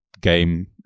game